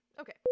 okay